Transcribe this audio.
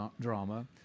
drama